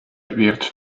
wird